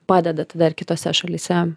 padeda tada ir kitose šalyse